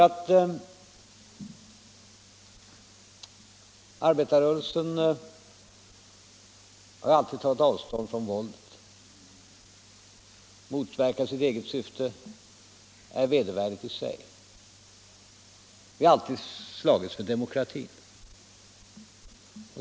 Arbetarrörelsen har alltid tagit avstånd från våldet. Det motverkar sitt eget syfte och är vedervärdigt i sig. Vi har alltid slagits för demokratin.